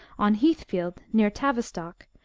on heathfield, near tavi stock,